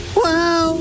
wow